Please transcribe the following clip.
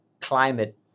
climate